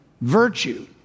Virtue